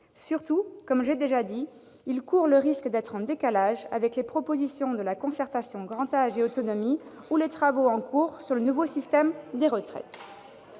Surtout, comme je l'ai déjà dit, il risque d'être en décalage avec les propositions issues de la concertation « grand âge et autonomie » ou les travaux en cours sur la réforme des retraites.